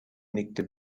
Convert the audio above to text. nickte